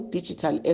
Digital